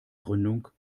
gründung